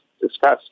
discussed